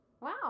Wow